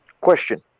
Question